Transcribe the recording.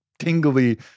Tingly